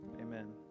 Amen